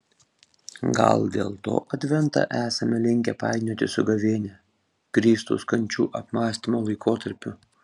gal dėl to adventą esame linkę painioti su gavėnia kristaus kančių apmąstymo laikotarpiu